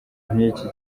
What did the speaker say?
nk’iki